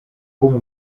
come